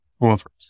offers